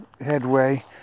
headway